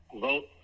Vote